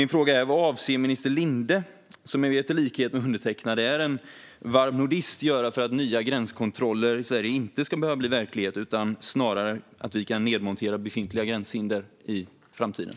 Min fråga är: Vad avser minister Linde - som jag vet är en varm nordist, i likhet med mig själv - att göra för att nya gränskontroller i Sverige inte ska behöva bli verklighet och att vi snarare ska kunna nedmontera befintliga gränshinder i framtiden?